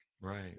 Right